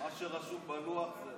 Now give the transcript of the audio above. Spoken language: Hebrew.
זה מה שרשום בלוח.